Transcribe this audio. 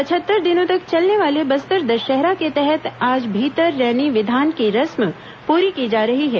पचहत्तर दिनों तक चलने वाले बस्तर दशहरा के तहत आज भीतर रैनी विधान की रस्म पूरी की जा रही है